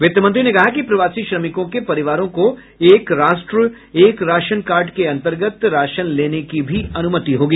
वित्तमंत्री ने कहा कि प्रवासी श्रमिकों के परिवारों को एक राष्ट्र एक राशन के अंतर्गत राशन लेने की भी अनुमति होगी